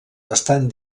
estan